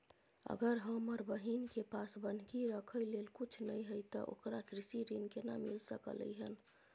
अगर हमर बहिन के पास बन्हकी रखय लेल कुछ नय हय त ओकरा कृषि ऋण केना मिल सकलय हन?